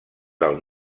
del